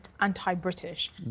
anti-British